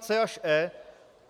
c) až e)